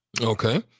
Okay